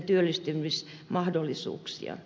arvoisa puhemies